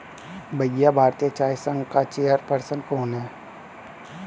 भैया भारतीय चाय संघ का चेयर पर्सन कौन है?